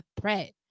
threat